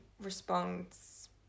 responds